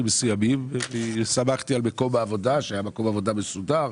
מסוימים וסמכתי על מקום העבודה שהיה מקום עבודה מסודר,